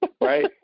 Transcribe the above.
right